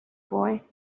boy